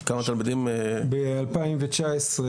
ב-2019,